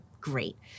great